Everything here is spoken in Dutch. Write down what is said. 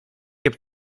heb